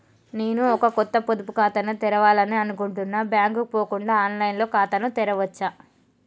నేను ఒక కొత్త పొదుపు ఖాతాను తెరవాలని అనుకుంటున్నా బ్యాంక్ కు పోకుండా ఆన్ లైన్ లో ఖాతాను తెరవవచ్చా?